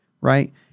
right